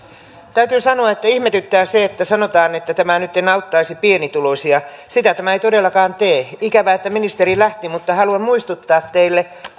täytyy sanoa että ihmetyttää se että sanotaan että tämä nytten auttaisi pienituloisia sitä tämä ei todellakaan tee ikävää että ministeri lähti mutta haluan muistuttaa teille